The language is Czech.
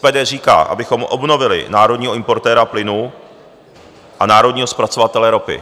SPD říká, abychom obnovili národního importéra plynu a národního zpracovatele ropy.